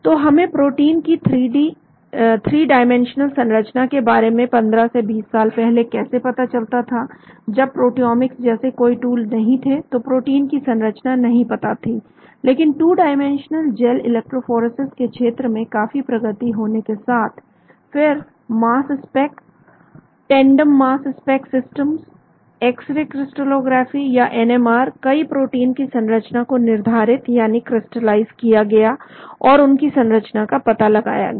तो हमें प्रोटीन की थ्री डाइमेंशनल संरचना के बारे में 15 से 20 साल पहले कैसे पता चलता था जब प्रोटियोमिक्स जैसे कोई टूल नहीं थे तो प्रोटीन की संरचना नहीं पता थी लेकिन टू डाइमेंशनल जेल इलेक्ट्रोफॉरेसिस के क्षेत्र में काफी प्रगति होने के साथ फिर mass spec tandem mass spec system X ray crystallography या एनएमआर कई प्रोटीन की संरचना को निर्धारित यानी क्रिस्टलाइज किया गया और उनकी संरचना का पता लगाया गया